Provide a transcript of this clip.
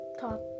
top